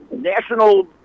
national